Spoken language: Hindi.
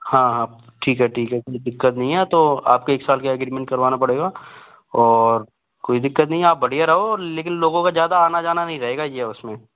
हाँ हाँ ठीक है ठीक है कोई दिक्कत नहीं है तो आपके एक साल के एग्रीमेंट करवाना पड़ेगा और कोई दिक्कत नहीं आप बढ़िया रहो लेकिन लोगों का ज़्यादा आना जाना नहीं रहेगा ये उसमें